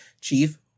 Chief